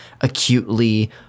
acutely